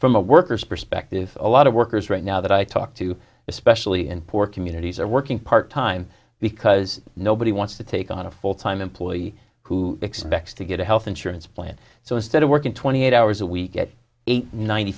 from a worker's perspective a lot of workers right now that i talk to especially in poor communities are working part time because nobody wants to take on a full time employee who expects to get a health insurance plan so instead of working twenty eight hours a week at eighty ninety